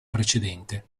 precedente